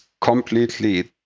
completely